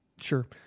sure